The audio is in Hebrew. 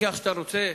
מפקח שאתה רוצה,